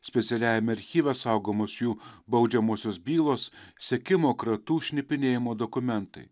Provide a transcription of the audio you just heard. specialiajame archyve saugomos jų baudžiamosios bylos sekimo kratų šnipinėjimo dokumentai